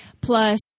plus